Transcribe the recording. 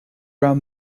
round